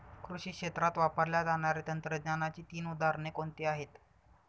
कृषी क्षेत्रात वापरल्या जाणाऱ्या तंत्रज्ञानाची तीन उदाहरणे कोणती आहेत?